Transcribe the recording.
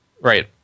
Right